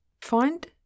Find